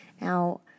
Now